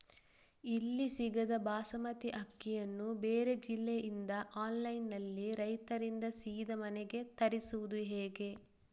ಇಲ್ಲಿ ಸಿಗದ ಬಾಸುಮತಿ ಅಕ್ಕಿಯನ್ನು ಬೇರೆ ಜಿಲ್ಲೆ ಇಂದ ಆನ್ಲೈನ್ನಲ್ಲಿ ರೈತರಿಂದ ಸೀದಾ ಮನೆಗೆ ತರಿಸುವುದು ಹೇಗೆ?